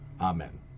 Amen